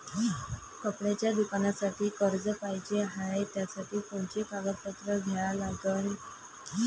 कपड्याच्या दुकानासाठी कर्ज पाहिजे हाय, त्यासाठी कोनचे कागदपत्र द्या लागन?